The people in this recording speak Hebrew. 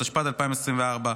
התשפ"ד 2024,